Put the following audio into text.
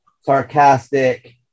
sarcastic